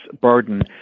burden